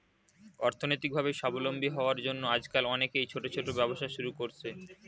অর্থনৈতিকভাবে স্বাবলম্বী হওয়ার জন্য আজকাল অনেকেই ছোট ছোট ব্যবসা শুরু করছে